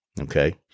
Okay